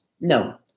no